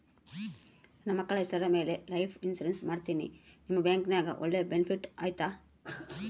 ನನ್ನ ಮಕ್ಕಳ ಹೆಸರ ಮ್ಯಾಲೆ ಲೈಫ್ ಇನ್ಸೂರೆನ್ಸ್ ಮಾಡತೇನಿ ನಿಮ್ಮ ಬ್ಯಾಂಕಿನ್ಯಾಗ ಒಳ್ಳೆ ಬೆನಿಫಿಟ್ ಐತಾ?